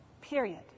Period